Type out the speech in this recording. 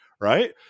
right